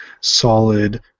solid